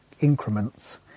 increments